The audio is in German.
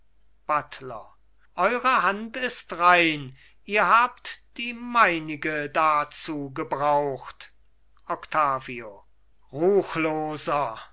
buttler eure hand ist rein ihr habt die meinige dazu gebraucht octavio